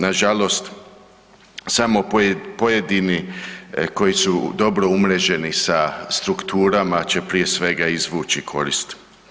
Nažalost, samo pojedini koji su dobro umreženi sa strukturama će prije svega izvući korist.